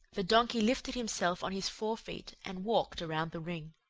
the donkey lifted himself on his four feet and walked around the ring.